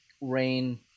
Rain